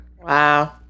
Wow